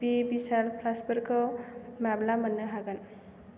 बि भिशाल प्लार्सफोरखौ माब्ला मोननो हागोन